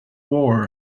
war